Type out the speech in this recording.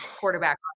quarterback